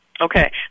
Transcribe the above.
Okay